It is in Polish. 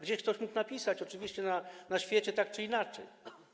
Gdzieś ktoś mógł napisać, oczywiście, na świecie tak czy inaczej.